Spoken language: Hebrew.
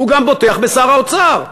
הוא גם בוטח בשר האוצר.